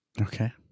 Okay